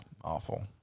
awful